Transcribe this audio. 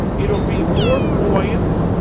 it will be more buoyant.